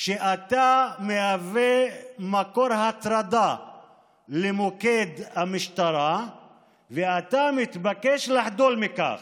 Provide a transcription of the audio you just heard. אתה מהווה מקור הטרדה למוקד המשטרה ואתה מתבקש לחדול מכך.